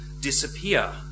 disappear